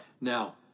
Now